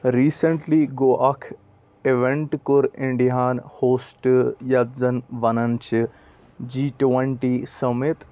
recently گوٚو اکھ event کوٚر اِنٛڑیاہَن ہوسٹ یَتھ زَن وَنان چھِ جی ٹُونٹی سٔمِت